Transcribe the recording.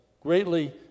greatly